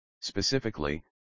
Specifically